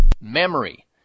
Memory